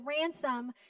ransom